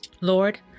Lord